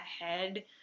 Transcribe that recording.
ahead